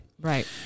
right